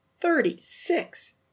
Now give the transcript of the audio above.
thirty-six